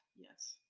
Yes